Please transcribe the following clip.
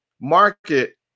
market